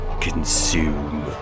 consume